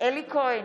אלי כהן,